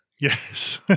Yes